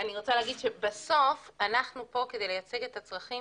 אני רוצה להגיד שבסוף אנחנו פה כדי לייצג את הצרכים,